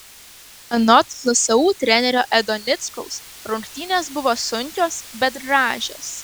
anot lsu trenerio edo nickaus rungtynės buvo sunkios bet gražios